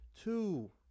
two